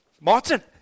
Martin